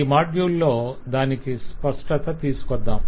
ఈ మాడ్యూల్ లో దానికి స్పష్టత తీసుకొద్ధాం